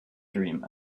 dream